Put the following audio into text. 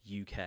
UK